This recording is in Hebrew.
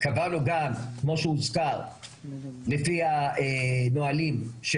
קבענו גם כמו שהוזכר לפי הנהלים של